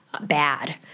bad